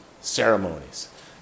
ceremonies